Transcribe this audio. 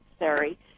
necessary